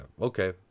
okay